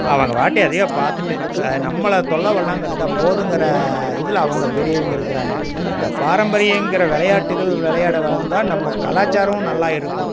அவங்க பாட்டு எதையோ பார்த்துட்டு ச நம்மளை தொல்லை பண்ணாமல் இருந்தால் போதுங்கிற இதில் அவங்க பெரியவங்க இருக்கிறாங்க இந்த பாரம்பரியங்கிற விளையாட்டுகள் விளையாட வந்தால் நம்ம கலாச்சாரமும் நல்லா இருக்கும்